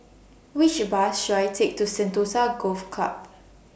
Which Bus should I Take to Sentosa Golf Club